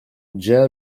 geo